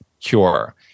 cure